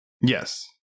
Yes